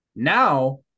Now